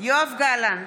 יואב גלנט,